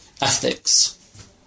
ethics